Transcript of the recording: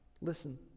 Listen